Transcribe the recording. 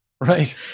Right